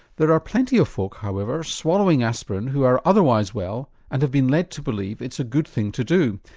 there are plenty of folk however swallowing aspirin who are otherwise well and have been led to believe it's a good thing to do,